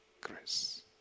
grace